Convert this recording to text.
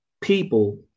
people